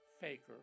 faker